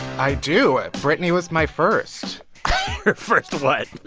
i do. britney was my first your first what?